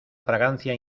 fragancia